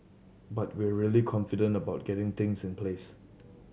but we're really confident about getting things in place